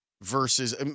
Versus